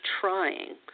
trying